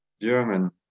German